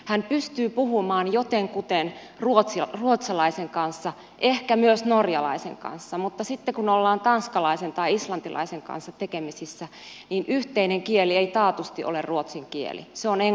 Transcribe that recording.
hän pystyy puhumaan jotenkuten ruotsalaisen kanssa ehkä myös norjalaisen kanssa mutta sitten kun ollaan tanskalaisen tai islantilaisen kanssa tekemisissä niin yhteinen kieli ei taatusti ole ruotsin kieli se on englannin kieli